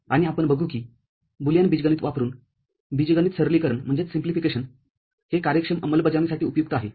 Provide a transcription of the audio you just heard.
आणि आपण बघू की बुलियन बीजगणित वापरून बीजगणित सरलीकरण हे कार्यक्षम अंमलबजावणीसाठी उपयुक्त आहे